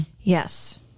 Yes